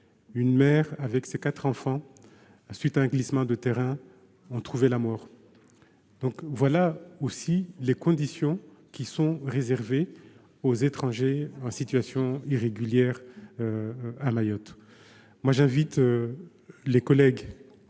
une mère et ses quatre enfants, à la suite d'un glissement de terrain, ont trouvé la mort. Voilà aussi les conditions qui sont réservées aux étrangers en situation irrégulière à Mayotte ! J'invite ceux de nos collègues